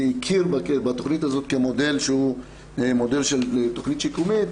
הכיר בתכונית הזאת כמודל שהוא מודל של תכונית שיקומית,